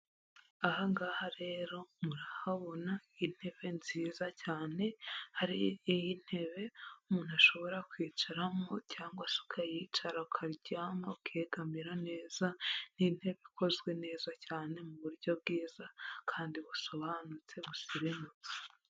Aha ngaha rero murahabona intebe nziza cyane, hari nk'iyi ntebe umuntu ashobora kwicaramo, cyangwa se ukayicara, ukaryama, ukegamira neza, ni intebe ikozwe neza cyane, mu buryo bwiza kandi busobanutse busirimutse.